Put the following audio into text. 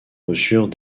reçurent